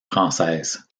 française